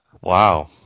Wow